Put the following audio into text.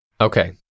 Okay